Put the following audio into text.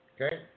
Okay